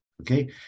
okay